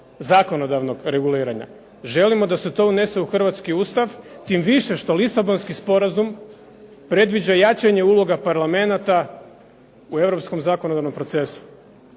zakonodavnog reguliranja. Želimo da se to unese u hrvatski Ustav, tim više što Lisabonski sporazum predviđa jačanje uloga parlamenata u europskom zakonodavnom procesu.